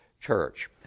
church